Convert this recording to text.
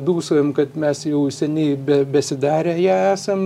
dūsaujam kad mes jau seniai be besidarę ją esam